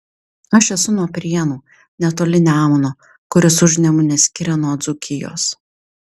aš esu nuo prienų netoli nemuno kuris užnemunę skiria nuo dzūkijos